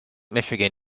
michigan